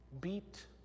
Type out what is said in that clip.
beat